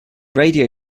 radio